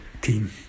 team